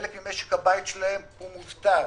חלק ממשק הבית שלהם הוא מובטל.